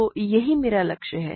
तो यही मेरा लक्ष्य है